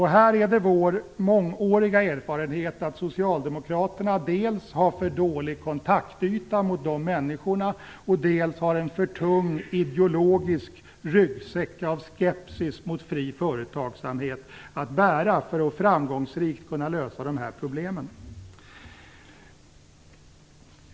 Här är vår mångåriga erfarenhet den att socialdemokraterna dels har för dålig kontaktyta gentemot dessa människor, dels har de en för tung ideologisk ryggsäck av skepsis mot fri företagsamhet att bära för att framgångsrikt kunna lösa dessa problem.